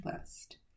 list